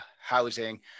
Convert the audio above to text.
housing